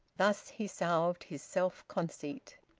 thus he salved his self-conceit.